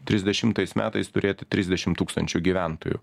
trisdešimtais metais turėti trisdešim tūkstančių gyventojų